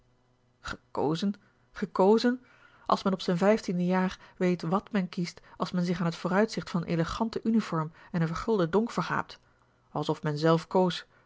gekozen gekozen als men op zijn vijftiende jaar weet wàt men kiest als men zich aan t vooruitzicht van een elegante uniform en een vergulden dolk vergaapt alsof men zelf koos